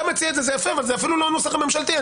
זה אפילו לא הנוסח הממשלתי.